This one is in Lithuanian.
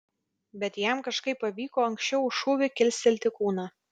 bet jam kažkaip pavyko anksčiau už šūvį kilstelti kūną